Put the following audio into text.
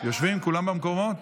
כולם במקומות?